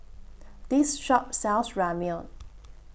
This Shop sells Ramyeon